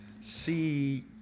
see